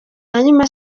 hanyuma